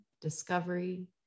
discovery